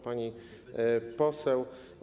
Pani Poseł!